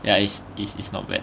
ya is is is not bad